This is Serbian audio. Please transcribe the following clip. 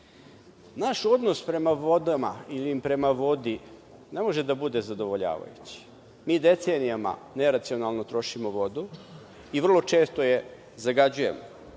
odnos prema vodama, ili prema vodi, ne može da bude zadovoljavajući. Mi decenijama neracionalno trošimo vodu, i vrlo često je zagađujemo.